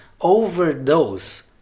Overdose